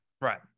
Right